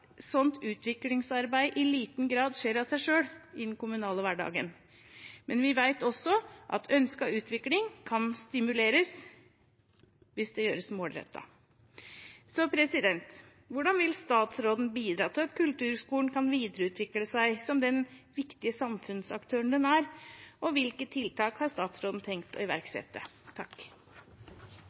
utviklingsarbeid i liten grad skjer av seg selv i den kommunale hverdagen. Men vi vet også at ønsket utvikling kan stimuleres hvis det gjøres målrettet. Hvordan vil statsråden bidra til at kulturskolen kan videreutvikle seg som den viktige samfunnsaktøren den er, og hvilke tiltak har statsråden tenkt å iverksette?